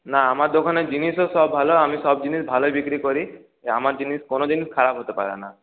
না আমার দোকানের জিনিসও সব ভালো আমি সব জিনিস ভালোই বিক্রি করি আমার জিনিস কোনোদিন খারাপ হতে পারে না